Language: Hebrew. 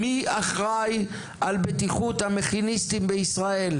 מי אחראי על בטיחות המכיניסטים בישראל,